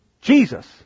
Jesus